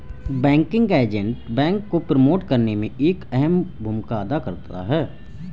banking agent bank को promote करने में एक अहम भूमिका अदा करता है